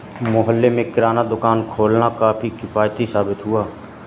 मोहल्ले में किराना दुकान खोलना काफी किफ़ायती साबित हुआ